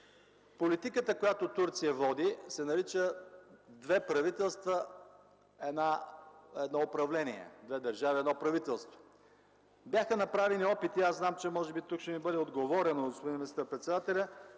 Политиката, която Турция води, се нарича „Две правителства – едно управление. Две държави – едно правителство”. Бяха направени опити – знам, че може би тук ще ми бъде отговорено от господин министър председателя,